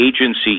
agency